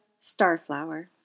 Starflower